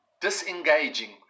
Disengaging